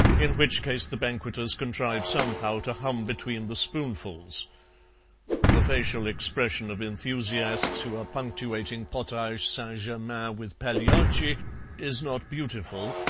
in which case the banqueters contrive somehow to hum between the spoonfuls the facial expression of enthusiasts who are punctuating potage st. germain with pagliacci is not beautiful,